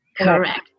Correct